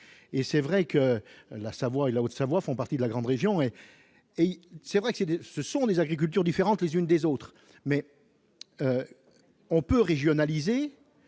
et c'est vrai que la Savoie et la Haute-Savoie, font partie de la grande région et et c'est vrai que c'est dur, ce sont les agricultures différentes les unes des autres, mais on peut régionaliser